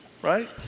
Right